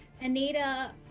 Anita